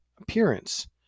appearance